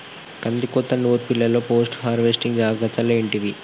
కందికోత నుర్పిల్లలో post harvesting జాగ్రత్తలు ఏంటివి?